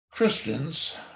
Christians